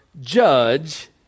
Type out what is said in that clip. judge